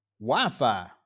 Wi-Fi